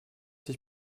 sich